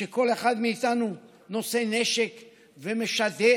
כשכל אחד מאיתנו נושא נשק ומשדר